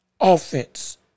offense